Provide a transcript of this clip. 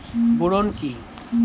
Boron কি?